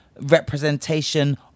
representation